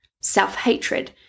self-hatred